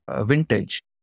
vintage